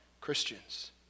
Christians